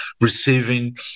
receiving